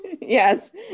Yes